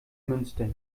münster